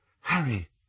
Harry